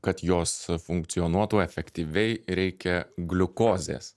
kad jos funkcionuotų efektyviai reikia gliukozės